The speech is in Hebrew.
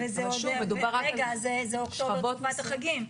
זאת תקופת החגים.